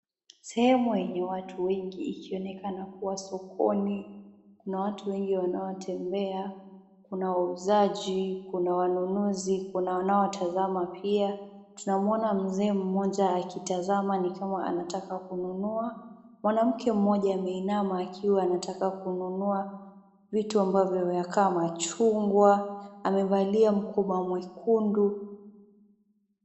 Sehemu yenye watu wengi ikionekana kuwa sokoni. Kuna watu wengi wanaotembea kuna wauzaji, kuna wanunuzi kuna wanaotazama pia. Tunamwona mzee mmoja akitazama nikama anataka kununua. Mwanamke mmoja ameinama akiwa anataka kununua vitu ambavyo vyakaa machungwa amevalia mkoba mwekundu.